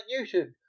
YouTube